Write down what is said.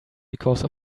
because